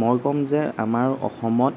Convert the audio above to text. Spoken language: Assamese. মই ক'ম যে আমাৰ অসমত